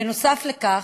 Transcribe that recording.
בנוסף לכך,